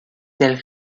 del